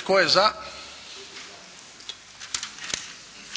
Tko je za?